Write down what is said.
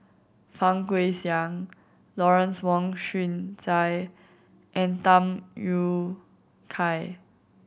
Fang Guixiang Lawrence Wong Shyun Tsai and Tham Yui Kai